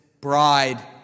bride